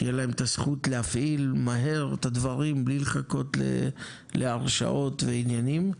שיהיה להם את הזכות להפעיל מהר את הדברים בלי לחכות להרשאות ועניינים.